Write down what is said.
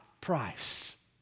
price